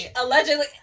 Allegedly